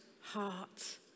heart